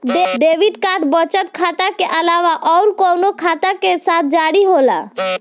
Debit card बचत खाता के अलावा अउरकवन खाता के साथ जारी होला?